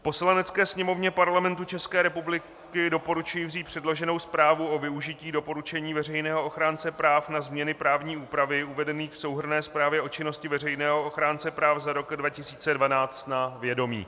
Poslanecké sněmovně Parlamentu České republiky doporučuji vzít předloženou zprávu o využití doporučení veřejného ochránce práv na změny právní úpravy uvedených v souhrnné zprávě o činnosti veřejného ochránce práv za rok 2012 na vědomí.